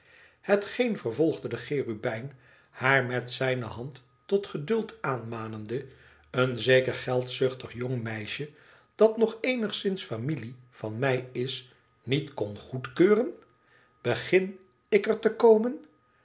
hetgeen vervolgde de cherubijn haar met zijne hand tot geduld aanmanende leen zeker geldzuchtig iong meisje dat nog eenigszins familie van mij is niet kon goedkeuren r begin ik er te komen